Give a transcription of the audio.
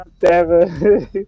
seven